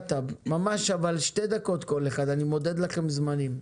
ממש שתי דקות לכל אחד, אני מודד לכם זמנים.